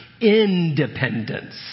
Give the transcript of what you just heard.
independence